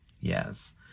Yes